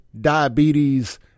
diabetes